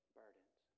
burdens